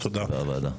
תודה.